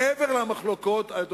מעבר למחלוקות ההיסטוריות,